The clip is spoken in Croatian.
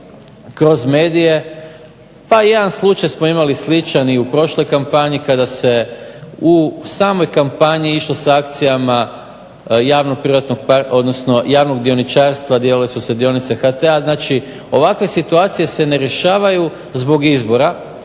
kroz medije pa i jedan slučaj smo imali sličan i u prošloj kampanji kada se u samoj kampanji išlo sa akcijama javnog dioničarstva, dijelile su se dionice HT-a. Znači, ovakve situacije se ne rješavaju zbog izbora,